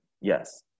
yes